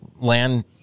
land